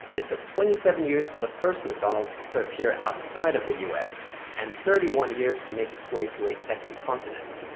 it took twenty seven years for the first mcdonald's to appear outside of the us and thirty one years to make it's way to a second continent.